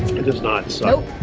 it does not so